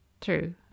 True